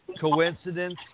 coincidence